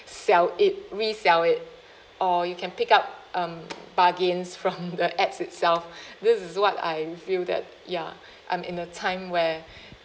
sell it resell it or you can pick up um bargains from the apps itself this is what I feel that ya I'm in a time where